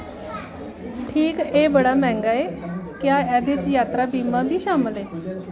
ठीक एह् बड़ा मैंह्गा ऐ क्या एह्दे च यात्रा बीमा बी शामल ऐ